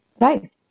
right